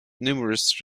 numerous